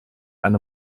eine